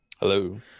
Hello